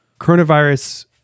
coronavirus